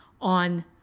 on